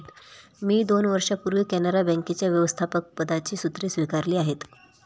मी दोन वर्षांपूर्वी कॅनरा बँकेच्या व्यवस्थापकपदाची सूत्रे स्वीकारली आहेत